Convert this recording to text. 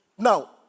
Now